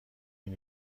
این